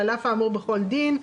התשפ"א-2020.